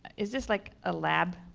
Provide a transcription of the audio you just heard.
is this like a lab,